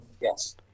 Yes